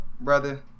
brother